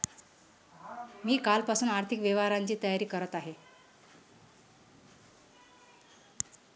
मी कालपासून आर्थिक व्यवहारांची तयारी करत आहे